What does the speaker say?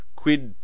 quid